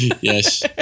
yes